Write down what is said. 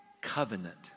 covenant